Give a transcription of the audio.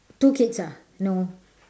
two kids ah no